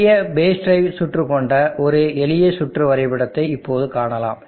எளிய base drive சுற்று கொண்ட ஒரு எளிய சுற்று வரைபடத்தை இப்போது காணலாம்